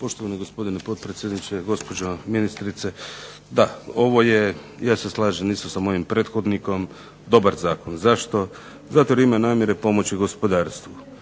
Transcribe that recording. Poštovani gospodine potpredsjedniče, gospođo ministrice. Da, ovo je ja se slažem isto sa mojim prethodnikom dobar zakon. Zašto? Zato jer ima namjere pomoći gospodarstvu.